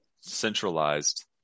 centralized